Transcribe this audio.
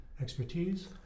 expertise